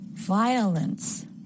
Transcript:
Violence